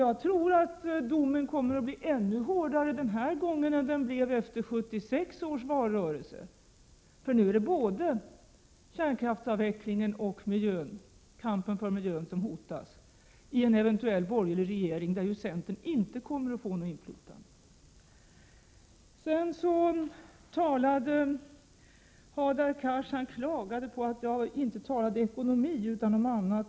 Jag tror att domen kommer att bli ännu hårdare denna gång än efter 1976 års valrörelse. Nu handlar det inte bara om kärnkraftsavvecklingen utan även om miljön, som hotas av en eventuell borgerlig regering där centern inte kommer att få något inflytande. Hadar Cars klagade över att jag inte talade om ekonomi utan om annat.